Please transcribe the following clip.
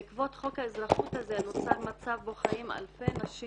בעקבות חוק האזרחות הזה נוצר מצב בו חיים אלפי נשים